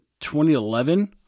2011